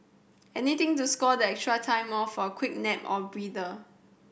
anything to score that extra time off for a quick nap or breather